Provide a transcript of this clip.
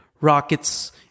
Rockets